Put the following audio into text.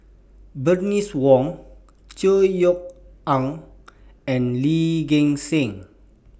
Bernice Wong Chor Yeok Eng and Lee Gek Seng